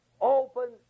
open